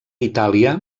itàlia